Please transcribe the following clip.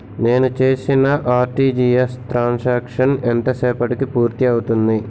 నేను చేసిన RTGS transaction ఎంత సేపటికి పూర్తి అవుతుంది?